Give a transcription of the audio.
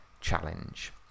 Challenge